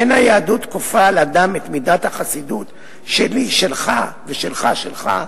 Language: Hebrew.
אין היהדות כופה על אדם את מידת החסידות של 'שלי שלך ושלך שלך'.